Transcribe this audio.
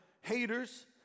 haters